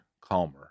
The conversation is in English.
Calmer